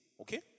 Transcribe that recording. Okay